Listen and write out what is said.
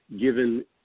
given